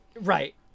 Right